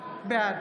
בעד